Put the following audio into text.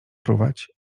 fruwać